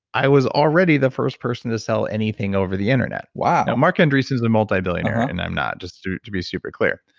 i was already the first person to sell anything over the internet. wow. now, marc andreessen's a multibillionaire, and i'm not, just to to be super clear.